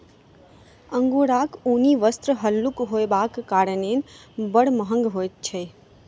अंगोराक ऊनी वस्त्र हल्लुक होयबाक कारणेँ बड़ महग होइत अछि